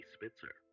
Spitzer